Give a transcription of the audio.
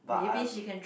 but I'm